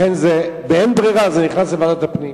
לכן, באין ברירה, זה נכנס לוועדת הפנים.